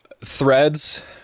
threads